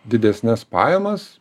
didesnes pajamas